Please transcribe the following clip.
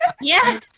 Yes